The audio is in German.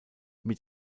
mit